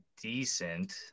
decent